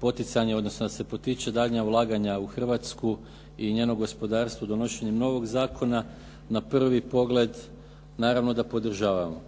poticanje, odnosno da se potiču daljnja ulaganja u Hrvatsku i njenog gospodarstva donošenjem novog zakona, na prvi pogled naravno da podržavamo.